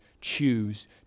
choose